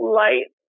light